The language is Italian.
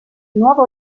nuovo